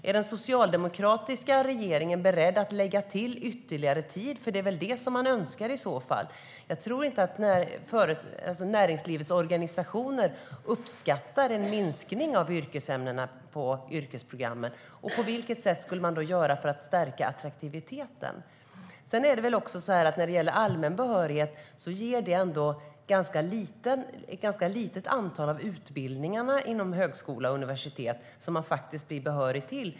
Är den socialdemokratiska regeringen beredd att lägga till ytterligare tid? Det är väl det som man i så fall önskar. Jag tror inte att näringslivets organisationer uppskattar en minskning av yrkesämnena på yrkesprogrammen. På vilket sätt skulle man göra för att stärka attraktiviteten? Med allmän behörighet är det ett ganska litet antal av utbildningarna inom högskola och universitet som man blir behörig till.